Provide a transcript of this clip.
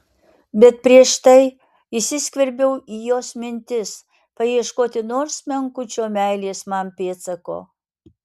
bet prieš tai įsiskverbiau į jos mintis paieškoti nors menkučio meilės man pėdsako